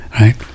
right